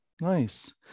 Nice